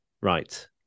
Right